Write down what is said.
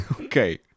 Okay